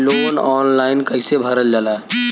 Loan online कइसे भरल जाला?